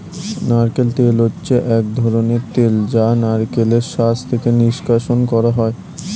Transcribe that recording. নারকেল তেল হচ্ছে এক ধরনের তেল যা নারকেলের শাঁস থেকে নিষ্কাশণ করা হয়